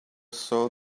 saw